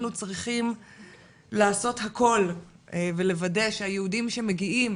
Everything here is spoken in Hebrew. אנחנו צריכים לעשות הכול ולוודא שהיהודים שמגיעים